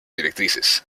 directrices